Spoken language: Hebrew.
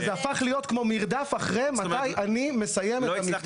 וזה הפך להיות כמו מרדף אחרי מתי אני מסיים את הכל.